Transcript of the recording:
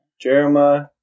Jeremiah